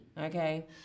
okay